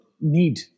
need